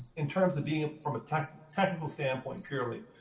in terms of being from a technical technical standpoint purely,